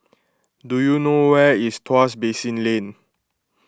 do you know where is Tuas Basin Lane